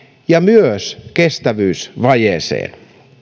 ja myös kestävyysvajeeseen